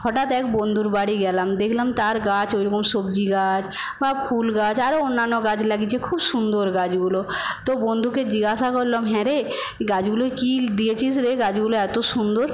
হঠাৎ এক বন্ধুর বাড়ি গেলাম দেখলাম তার গাছ ওইরকম সবজি গাছ বা ফুল গাছ আরও অন্যান্য গাছ লাগিয়েছে খুব সুন্দর গাছগুলো তো বন্ধুকে জিজ্ঞাসা করলাম হ্যাঁ রে গাছগুলোয় কী দিয়েছিস রে গাছগুলো এত সুন্দর